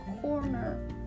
corner